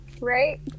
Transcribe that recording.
right